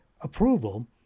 approval